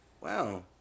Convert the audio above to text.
Wow